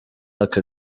aka